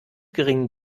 geringen